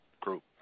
Group